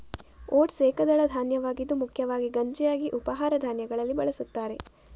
oats ಏಕದಳ ಧಾನ್ಯವಾಗಿದ್ದು ಮುಖ್ಯವಾಗಿ ಗಂಜಿಯಾಗಿ ಉಪಹಾರ ಧಾನ್ಯಗಳಲ್ಲಿ ಬಳಸುತ್ತಾರೆ